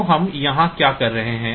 तो हम यहाँ क्या कर रहे हैं